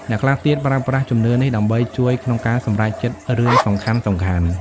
អ្នកខ្លះទៀតប្រើប្រាស់ជំនឿនេះដើម្បីជួយក្នុងការសម្រេចចិត្តរឿងសំខាន់ៗ។